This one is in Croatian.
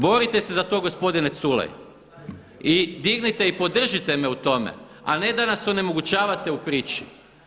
Borite se za to gospodine Culej i dignite i podržite me u tome, a ne da nas onemogućavate u priči.